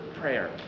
prayer